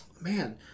man